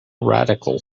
radical